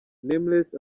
nameless